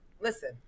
Listen